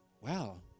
Wow